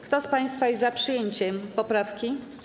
Kto z państwa jest za przyjęciem poprawki?